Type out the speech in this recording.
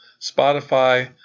Spotify